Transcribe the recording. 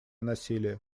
насилие